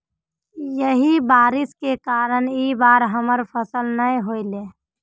यही बारिश के कारण इ बार हमर फसल नय होले?